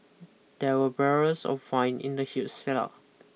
there were barrels of wine in the huge cellar